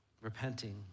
repenting